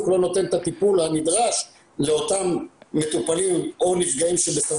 לא נותן את הטיפול הנדרש לאותם מטופלים או נפגעים שבסופו